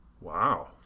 Wow